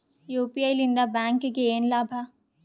UPI ಲಿಂದ ಬ್ಯಾಂಕ್ಗೆ ಏನ್ ಲಾಭ?